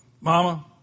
Mama